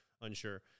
unsure